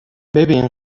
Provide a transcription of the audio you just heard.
ببین